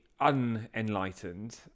unenlightened